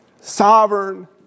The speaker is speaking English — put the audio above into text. sovereign